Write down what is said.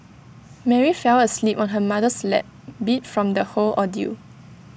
Mary fell asleep on her mother's lap beat from the whole ordeal